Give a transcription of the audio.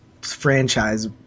franchise